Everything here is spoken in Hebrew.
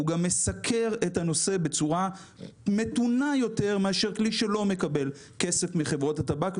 גם מסקר את הנושא בצורה מתונה יותר מאשר כלי שלא מקבל כסף מחברות הטבק.